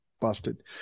busted